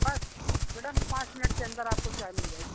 बस मैडम पाँच मिनट के अंदर आपको चाय मिल जाएगी